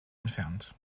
entfernt